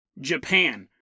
japan